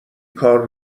کار